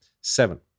Seven